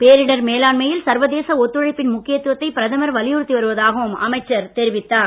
பேரிடர் மேலாண்மையில் சர்வதேச ஒத்துழைப்பின் முக்கியத்துவத்தை பிரதமர் வலியுறுத்தி வருவதாகவும் அமைச்சர் தெரிவித்தார்